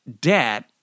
Debt